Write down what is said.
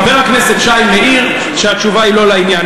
חבר הכנסת שי מעיר שהתשובה היא לא לעניין.